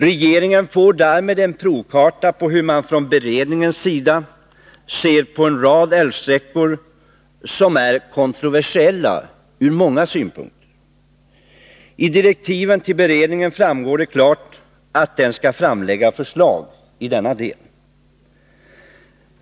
Regeringen får därmed en provkarta på hur man från beredningens sida ser på en rad älvsträckor som är kontroversiella ur många synpunkter. I direktiven till beredningen framgår det klart att den skall framlägga förslag i denna del.